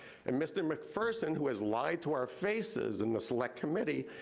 and mr. mcpherson, who has lied to our faces in the select committee,